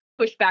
pushback